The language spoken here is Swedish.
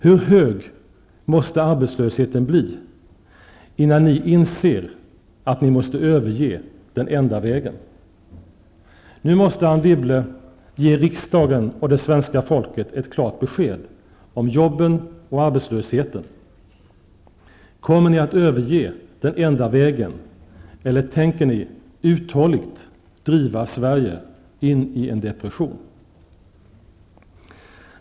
Hur hög måste arbetslösheten bli, innan ni inser att ni måste överge ''den enda vägen''? Nu måste Anne Wibble ge riksdagen och svenska folket ett klart besked om jobben och arbetslösheten. Kommer ni att överge den enda vägen, eller tänker ni uthålligt driva Sverige in i en depression?